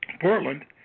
Portland